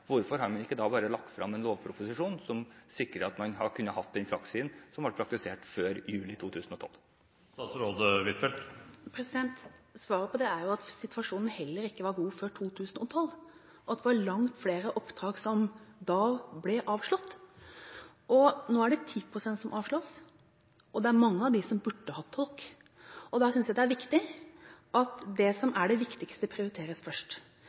Hvorfor, hvis også statsråden ønsker endringer på dette området, har man ikke da bare lagt frem en lovproposisjon som sikrer at man hadde kunnet ha den praksisen – som ble praktisert før juni 2012? Svaret på det er jo at situasjonen heller ikke var god før 2012, og at det var langt flere oppdrag som da ble avslått. Nå er det 10 pst. som avslås, og det er mange av dem som burde hatt tolk. Da synes jeg det er riktig at det viktigste prioriteres først.